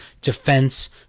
defense